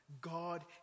God